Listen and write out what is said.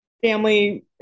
family